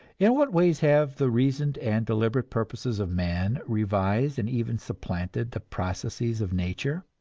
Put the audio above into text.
in what ways have the reasoned and deliberate purposes of man revised and even supplanted the processes of nature?